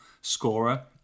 scorer